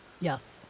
yes